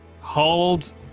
hold